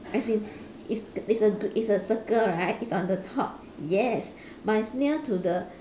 as in it's it's a it's a circle right it's on the top yes but it's near to the